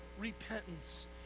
repentance